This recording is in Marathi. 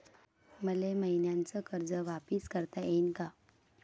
मले मईन्याचं कर्ज वापिस करता येईन का?